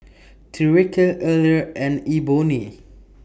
Tyreke Eller and Ebony